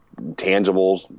tangibles